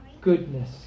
goodness